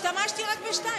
השתמשתי רק בשתיים.